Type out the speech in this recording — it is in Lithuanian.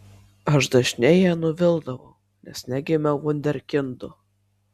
aš dažnai ją nuvildavau nes negimiau vunderkindu